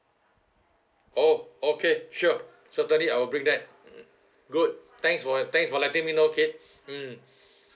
oh okay sure certainly I'll bring that good thanks for thanks for letting me know kate mm